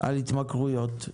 על התמכרויות.